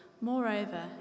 Moreover